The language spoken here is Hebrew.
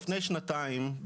לפני שנתיים,